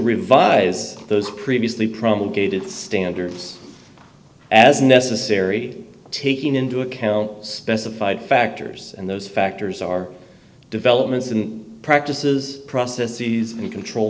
revise those previously promulgated standards as necessary taking into account specified factors and those factors are developments and practices processes and control